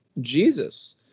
jesus